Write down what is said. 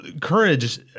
courage